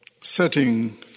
setting